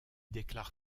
déclare